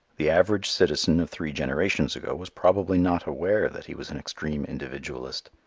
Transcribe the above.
the average citizen of three generations ago was probably not aware that he was an extreme individualist.